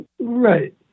Right